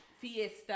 Fiesta